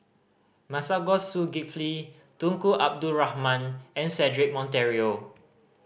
Masagos Zulkifli Tunku Abdul Rahman and Cedric Monteiro